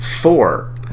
Four